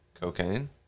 cocaine